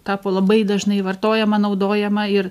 tapo labai dažnai vartojama naudojama ir